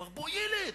והעץ אמר: 'בוא ילד,